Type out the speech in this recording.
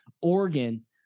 Oregon